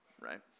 Right